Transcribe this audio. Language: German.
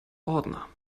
ordner